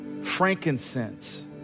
frankincense